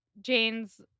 Jane's